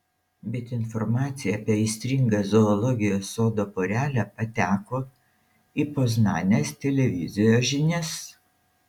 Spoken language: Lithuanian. bet informacija apie aistringą zoologijos sodo porelę pateko į poznanės televizijos žinias